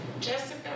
Jessica